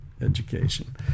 education